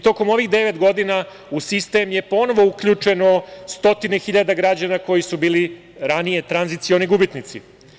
Tokom ovih devet godina u sistem je ponovo uključeno stotine hiljada građana koji su bili ranije tranzicioni gubitnici.